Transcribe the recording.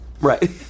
Right